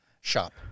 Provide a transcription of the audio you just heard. shop